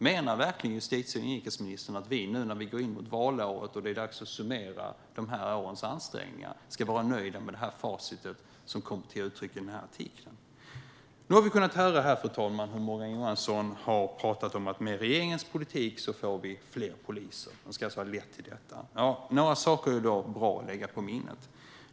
Menar verkligen justitie och inrikesministern att vi nu när vi går in mot valåret och det är dags att summera ansträngningarna de här åren ska vara nöjda med det facit som kommer till uttryck i artikeln? Fru talman! Nu har vi kunnat höra hur Morgan Johansson har talat om att med regeringens politik får vi fler poliser. Den ska alltså ha lett till detta. Några saker är bra att lägga på minnet.